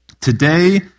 Today